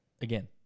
again